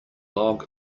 log